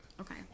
Okay